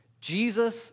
Jesus